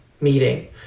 meeting